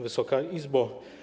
Wysoka Izbo!